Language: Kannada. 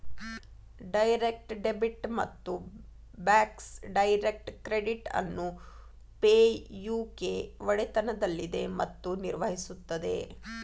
ಡೈರೆಕ್ಟ್ ಡೆಬಿಟ್ ಮತ್ತು ಬ್ಯಾಕ್ಸ್ ಡೈರೆಕ್ಟ್ ಕ್ರೆಡಿಟ್ ಅನ್ನು ಪೇ ಯು ಕೆ ಒಡೆತನದಲ್ಲಿದೆ ಮತ್ತು ನಿರ್ವಹಿಸುತ್ತದೆ